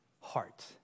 heart